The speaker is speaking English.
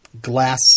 glass